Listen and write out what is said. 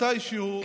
מתישהו,